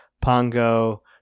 pongo